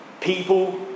People